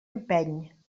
empeny